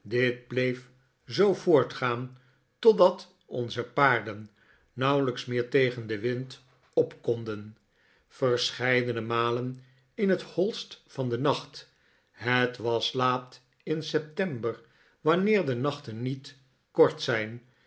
bleef zoo voortgaan totdat onze paarden nauwelijks meer tegen den wind op konden verscheidene malen in het hoist van den nacht het was laat in september wanneer de nachten niet kort zijn